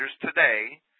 today